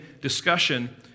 discussion